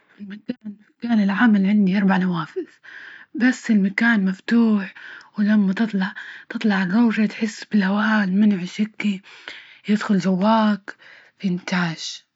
من مكان كان العمل عندي أربع نوافذ بس المكان مفتوح ولما تطلع- تطلع الروجة تحس بالهواء المنعش هيكى يدخل جواك بإنتعاش.